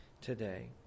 today